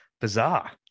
bizarre